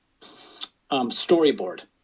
storyboard